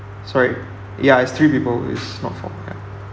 sorry ya is three people is not four ya